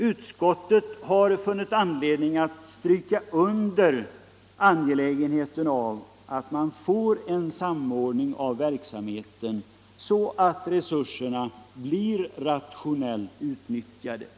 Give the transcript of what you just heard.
Utskottet har funnit anledning att understryka angelägenheten av att man får till stånd en samordning av verksamheten, så att resurserna blir rationellt utnyttjade.